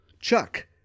Chuck